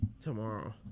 tomorrow